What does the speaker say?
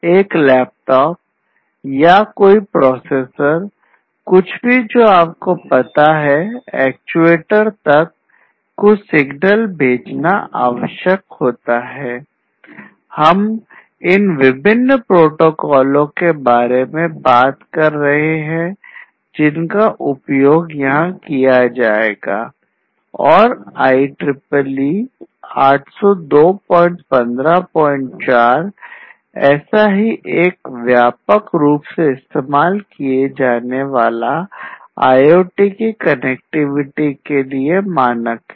एक लैपटॉप के लिए मानक है